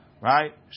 Right